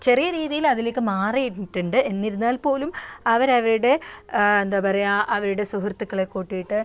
ചെറിയ രീതിയിൽ അതിലേക്ക് മാറിയിട്ടിണ്ട് എന്നിരുന്നാൽ പോലും അവർ അവരുടെ എന്താ പറയുക അവരുടെ സുഹൃത്തുക്കളെ കൂട്ടിയിട്ട്